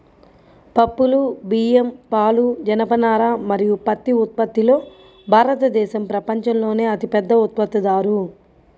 పప్పులు, బియ్యం, పాలు, జనపనార మరియు పత్తి ఉత్పత్తిలో భారతదేశం ప్రపంచంలోనే అతిపెద్ద ఉత్పత్తిదారు